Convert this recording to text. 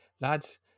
Lads